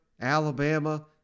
Alabama